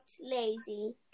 lazy